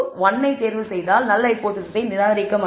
01 ஐ தேர்வுசெய்தால் நல் ஹைபோதேசிஸை நீங்கள் நிராகரிக்க மாட்டீர்கள்